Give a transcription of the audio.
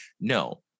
No